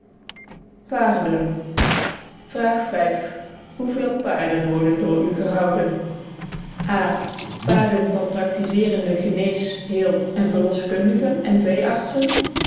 vraag v hoeveel paarden worden door u gehouden a paarden van praktizeerende genees heel en verloskundigen en veeartsen